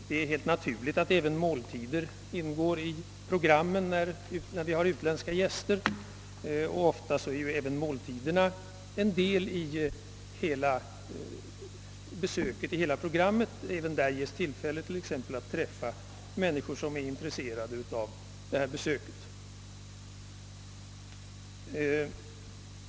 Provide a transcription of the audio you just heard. Det är naturligt att även måltider ingår i programmet när vi har utländska gäster. Vid dessa ges det ofta tillfälle att exempelvis träffa människor, som är intresserade av besöket i fråga.